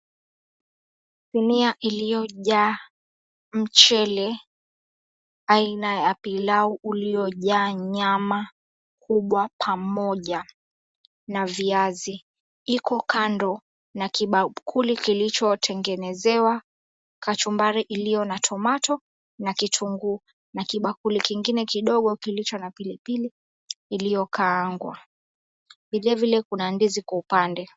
Sinia iliyojaa mchele aina ya pilau uliojaa nyama kubwa pamoja na viazi, iko kando na kibakuli kilichotengenezewa kachumbari iliyo na tomato na kitunguu na kibakuli kingine kidogo kilicho na pilipili iliyokaangwa. Vilevile kuna ndizi kwa upande.